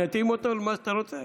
אני אתאים אותו למה שאתה רוצה?